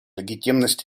легитимность